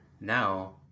now